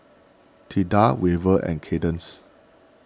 Tilda Weaver and Cadence